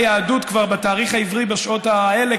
על פי היהדות בתאריך העברי בשעות האלה